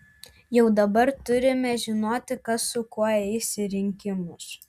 jau dabar turime žinoti kas su kuo eis į rinkimus